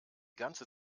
ganze